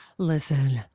Listen